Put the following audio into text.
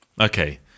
Okay